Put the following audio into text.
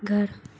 घर